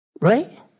Right